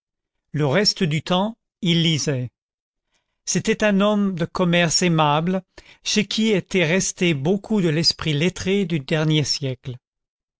le reste du temps il lisait c'était un homme de commerce aimable chez qui était resté beaucoup de l'esprit lettré du dernier siècle